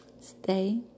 stay